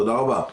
תודה רבה.